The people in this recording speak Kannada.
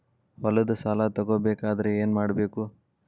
ಹೊಲದ ಸಾಲ ತಗೋಬೇಕಾದ್ರೆ ಏನ್ಮಾಡಬೇಕು?